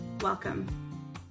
Welcome